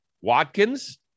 Watkins